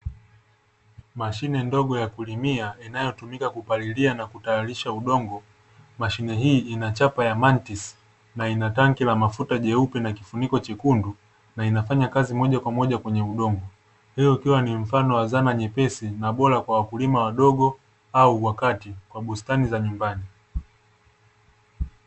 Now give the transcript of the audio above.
Mashine ndogo ya kulimia inayotumika kupalilia na kutawanyisha udongo. Mashine hii inachapa ya mantisi na ina tanki la mafuta jeupe na kifuniko chekundu na inafanya kazi moja kwa moja kwenye udongo . Hii ikiwa ni mfano wa zana nyepesi na bora kwa wakulima wadogo au wakati wa bustani za nyumbani.